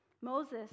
Moses